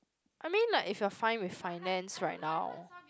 I mean like if you are fine with finance right now